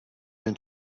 been